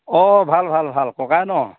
ভাল ভাল ভাল ককাই ন